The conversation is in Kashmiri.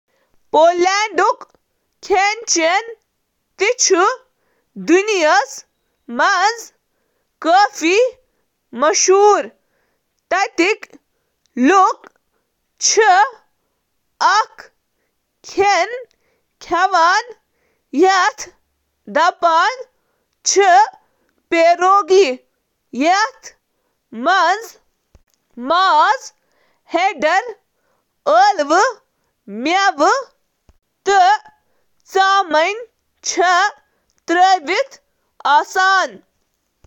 دستیاب کھیٚنٕچ وسیع رینج آسنہٕ باووٚجوٗد، چھُ مُلک پننہِ دِلی رٮ۪وٲیتی کھٮ۪نہٕ خٲطرٕ زاننہٕ یِوان: سوپ تہٕ سٹوٗ، ماز تہٕ آلو، بیئر تہٕ ووڈکا، تہٕ یقیناً پیروگی! ہنٹر سُند سٹو یا بِگوس، چُھ پولینڈُک قومی ڈِش۔ چقندر سوٗپ تہٕ گوبھی ہٕنٛدۍ رول چھِ مشہوٗر لذیذ سِیوٚن۔